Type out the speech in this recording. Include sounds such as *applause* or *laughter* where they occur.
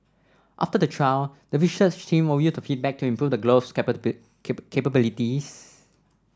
after the trial the research team will use the feedback to improve the glove's *unintelligible* capabilities